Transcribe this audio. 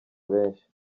benshi